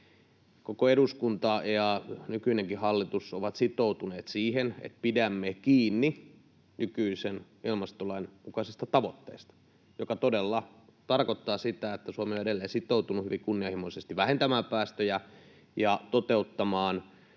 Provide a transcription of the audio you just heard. Koko eduskunta ja nykyinenkin hallitus ovat sitoutuneet siihen, että pidämme kiinni nykyisen ilmastolain mukaisesta tavoitteesta, joka todella tarkoittaa sitä, että Suomi on edelleen sitoutunut hyvin kunnianhimoisesti vähentämään päästöjä ja toteuttamaan